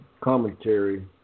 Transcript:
commentary